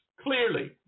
clearly